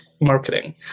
marketing